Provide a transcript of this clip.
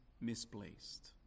misplaced